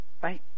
Bye